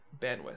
bandwidth